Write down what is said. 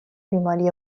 بیماری